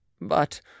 But